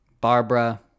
Barbara